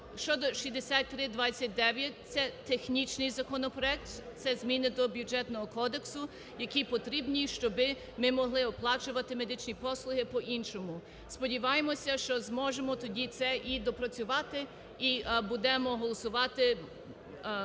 щодо 6329, це технічний законопроект, це зміни до Бюджетного кодексу, які потрібні, щоб ми могли оплачувати медичні послуги по-іншому. Сподіваємося, що зможемо тоді це доопрацювати. І будемо голосувати,